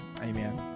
Amen